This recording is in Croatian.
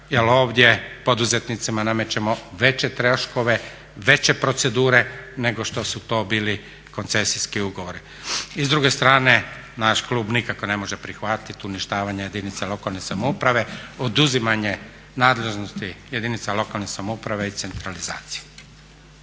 ovdje poduzetnicima namećemo veće troškove, veće procedure nego što su to bili koncesijski ugovori. I s druge strane naš klub nikako ne može prihvatiti uništavanje jedinica lokalne samouprave, oduzimanje nadležnosti jedinica lokalne samouprave i centralizaciju.